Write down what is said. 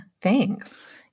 Thanks